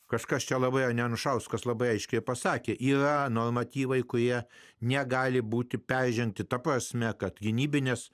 kažkas čia labai ane anušauskas labai aiškiai pasakė yra normatyvai kurie negali būti peržengti ta prasme kad gynybinės